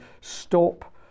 stop